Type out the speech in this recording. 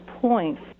points